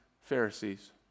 Pharisees